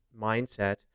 mindset